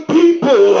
people